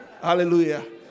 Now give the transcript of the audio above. hallelujah